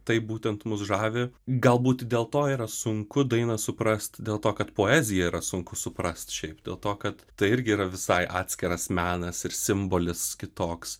tai būtent mus žavi galbūt dėl to yra sunku dainą suprast dėl to kad poeziją yra sunku suprast šiaip dėl to kad tai irgi yra visai atskiras menas ir simbolis kitoks